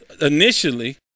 initially